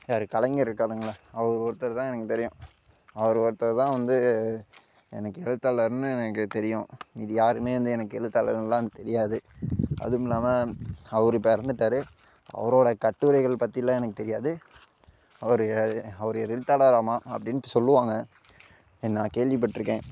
யார் கலைஞர் இருக்காருங்களே அவர் ஒருத்தர்தான் எனக்கு தெரியும் அவர் ஒருத்தர்தான் வந்து எனக்கு எழுத்தாளர்னு எனக்கு தெரியும் மீதி யாரும் வந்து எனக்கு எழுத்தாளர்னுலாம் தெரியாது அதுவும் இல்லாமல் அவர் இப்போ இறந்துட்டாரு அவரோட கட்டுரைகள் பற்றிலாம் எனக்கு தெரியாது அவர் அவர் எழுத்தாளராமா அப்பிடின்னு சொல்வாங்க நான் கேள்விப்பட்டுருக்கேன்